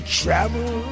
travel